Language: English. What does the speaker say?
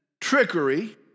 trickery